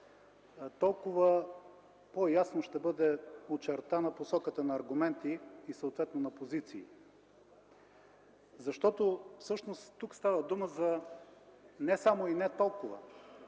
толкова по-ясно ще бъде подчертана посоката на аргументи и съответно на позиции. Всъщност тук става дума не само и не толкова